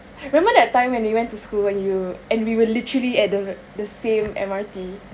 remember that time when we went to school and you and we were literally at the the same M_R_T